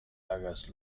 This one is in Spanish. hagas